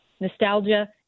nostalgia